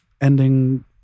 ending